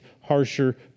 harsher